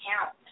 count